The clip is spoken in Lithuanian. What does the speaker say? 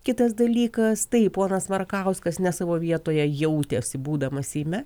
kitas dalykas taip ponas markauskas ne savo vietoje jautėsi būdamas seime